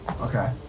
Okay